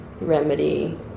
remedy